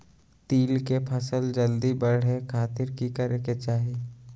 तिल के फसल जल्दी बड़े खातिर की करे के चाही?